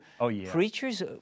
preachers